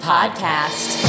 Podcast